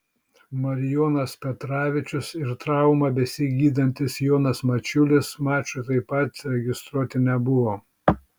marijonas petravičius ir traumą besigydantis jonas mačiulis mačui taip pat registruoti nebuvo